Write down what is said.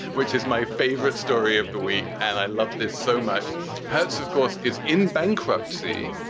which is my favorite story of the week. and i love this so much hurts, of course, is in bankruptcy.